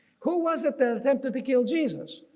who was it that attempted to kill jesus?